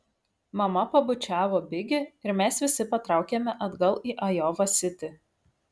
mama pabučiavo bigi ir mes visi patraukėme atgal į ajova sitį